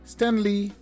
Stanley